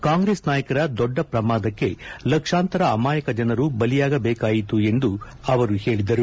ಕಾಂಗ್ರೆಸ್ ನಾಯಕರ ದೊಡ್ಡ ಪ್ರಮಾದಕ್ಕೆ ಲಕ್ಷಾಂತರ ಅಮಾಯಕ ಜನರು ಬಲಿಯಾಗಬೇಕಾಯಿತು ಎಂದು ಹೇಳಿದರು